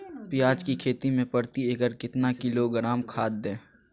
प्याज की खेती में प्रति एकड़ कितना किलोग्राम खाद दे?